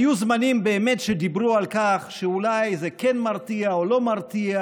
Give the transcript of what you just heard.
היו באמת זמנים שדיברו על כך שאולי זה כן מרתיע או לא מרתיע,